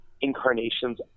incarnations